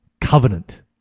covenant